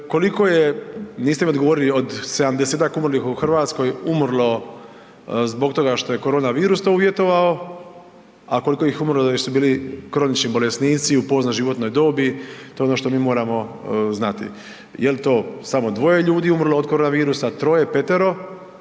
koliko je, niste mi odgovorili, od 70-tak umrlih u Hrvatskoj, umrlo zbog toga što je koronavirus to uvjetovao, a koliko ih je umrlo jer su bili kronični bolesnici u poznoj životnoj dobi, to je ono što mi moramo znati. Je li to samo dvoje ljudi umrlo od koronavirusa, troje, petero,